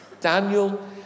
Daniel